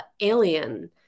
alien